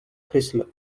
chrysler